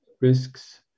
risks